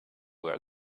were